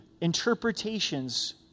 interpretations